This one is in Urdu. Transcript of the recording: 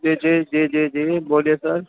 جی جی جی جی جی بولیے سر